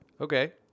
Okay